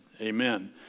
Amen